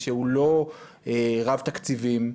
שהוא לא רב תקציבים.